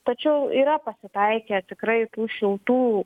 tačiau yra pasitaikę tikrai tų šiltų